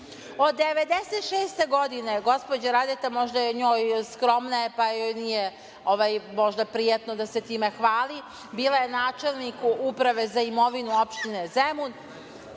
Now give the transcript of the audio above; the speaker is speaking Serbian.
Od 1996. godine, gospođa Radeta, možda njoj, skromna je, nije prijatno da se time hvali, je bila načelnik Uprave za imovinu opštine Zemun.